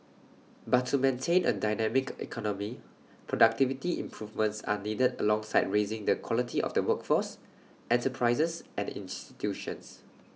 but to maintain A dynamic economy productivity improvements are needed alongside raising the quality of the workforce enterprises and institutions